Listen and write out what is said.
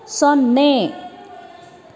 ಸೊನ್ನೆ